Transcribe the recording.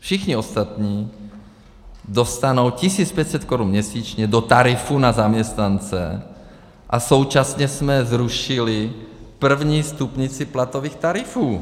Všichni ostatní dostanou 1 500 korun měsíčně do tarifů na zaměstnance a současně jsme zrušili první stupnici platových tarifů.